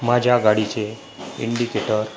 माझ्या गाडीचे इंडिकेटर